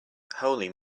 holy